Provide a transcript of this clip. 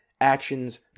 actions